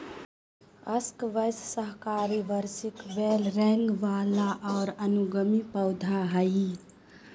squash साकाहारी वार्षिक बेल रेंगय वला और अनुगामी पौधा हइ